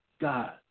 God